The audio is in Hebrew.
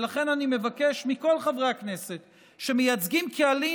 ולכן אני מבקש מכל חברי הכנסת שמייצגים קהלים